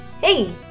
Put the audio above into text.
Hey